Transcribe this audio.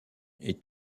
est